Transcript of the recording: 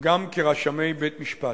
גם כרשמי בית-משפט.